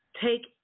take